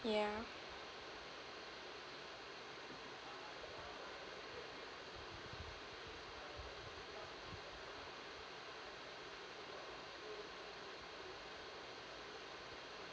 yeah